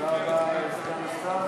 תודה רבה לסגן השר.